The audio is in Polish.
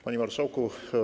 Panie Marszałku!